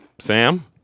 Sam